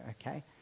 okay